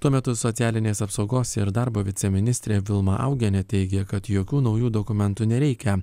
tuo metu socialinės apsaugos ir darbo viceministrė vilma augienė teigė kad jokių naujų dokumentų nereikia